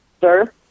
Sir